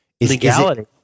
Legality